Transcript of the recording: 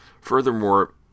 Furthermore